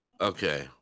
Okay